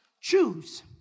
choose